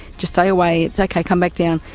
just stay away, it's okay, come back down.